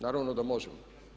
Naravno da možemo.